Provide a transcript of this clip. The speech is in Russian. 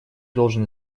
должен